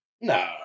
no